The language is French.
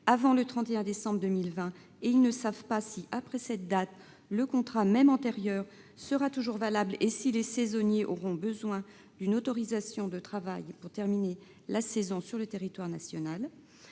avant le 3 décembre 2020, et ils ne savent pas si après cette date le contrat, même antérieur, sera toujours valable et si les saisonniers auront besoin d'une autorisation de travail pour terminer la saison sur le territoire national